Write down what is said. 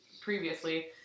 previously